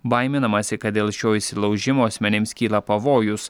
baiminamasi kad dėl šio įsilaužimo asmenims kyla pavojus